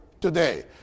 today